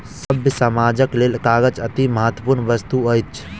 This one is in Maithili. सभ्य समाजक लेल कागज अतिमहत्वपूर्ण वस्तु अछि